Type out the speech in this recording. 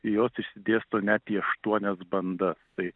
jos išsidėsto net į aštuonias bandas tai